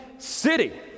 city